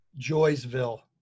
Joysville